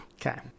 okay